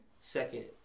Second